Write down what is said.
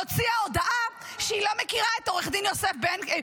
הוציאה הודעה שהיא לא מכירה את עו"ד יוסף בנקל,